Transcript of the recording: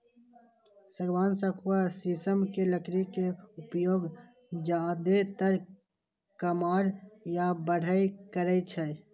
सागवान, सखुआ, शीशम के लकड़ी के उपयोग जादेतर कमार या बढ़इ करै छै